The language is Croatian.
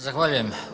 Zahvaljujem.